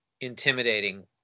intimidating